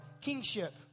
kingship